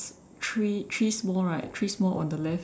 three three small right three small on the left